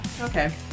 Okay